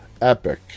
Epic